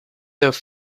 though